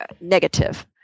negative